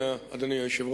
על כן, אדוני היושב-ראש,